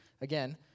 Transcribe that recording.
Again